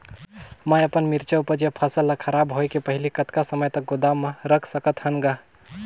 मैं अपन मिरचा ऊपज या फसल ला खराब होय के पहेली कतका समय तक गोदाम म रख सकथ हान ग?